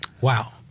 Wow